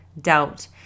doubt